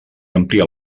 amplia